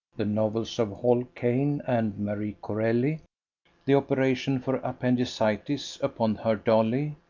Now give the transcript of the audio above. the novels of hall caine and marie corelli the operation for appendicitis upon her dollie,